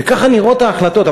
וככה נראות ההחלטות.